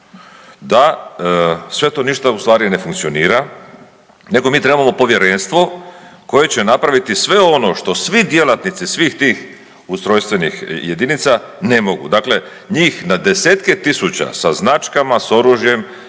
da sve to ništa u stvari ne funkcionira, nego mi trebamo povjerenstvo koje će napraviti sve ono što svi djelatnici svih tih ustrojstvenih jedinica ne mogu. Dakle, njih na desetke tisuća sa značkama, s oružjem,